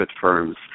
firms